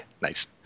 Nice